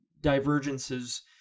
divergences